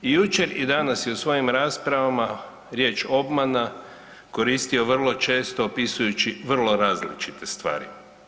I jučer i danas je u svojim raspravama riječ obmana koristio vrlo često opisujući vrlo različite stvari.